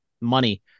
Money